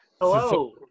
hello